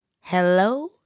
Hello